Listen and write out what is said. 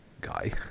guy